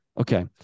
Okay